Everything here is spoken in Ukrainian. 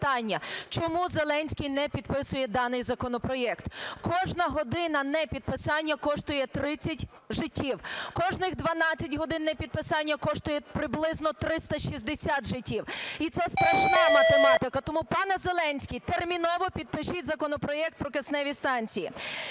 чому Зеленський не підписує даний законопроект? Кожна година непідписання коштує 30 життів, кожних 12 годин непідписання коштує приблизно 360 життів, і це страшна математика. Тому, пане Зеленський, терміново підпишіть законопроект про кисневі станції.